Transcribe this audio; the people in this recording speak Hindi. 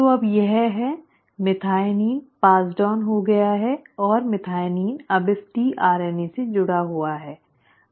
तो अब यह है मेथिओनिन पारित हो गया है और मेथिओनिन अब इस tRNA से जुड़ा हुआ है